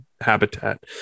habitat